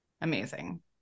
amazing